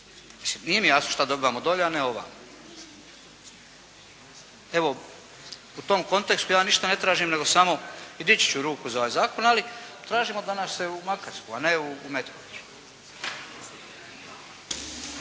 Nije mi jasno što dobivamo dolje, a ne ovamo. Evo, u tom kontekstu ja ništa ne tražim, nego samo i dići ću ruku za ovaj zakon, ali tražimo da nas se u Makarsku, a ne u Metković.